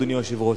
אדוני היושב-ראש,